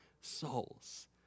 souls